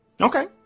okay